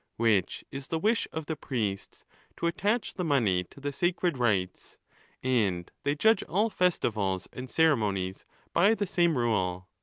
which is the wish of the priests to attach the money to the sacred rites and they judge all festivals and ceremonies by the same rule.